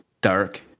dark